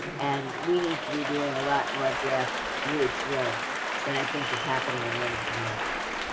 and we need to be doing a lot more grass roots work than i think is happening in many communities.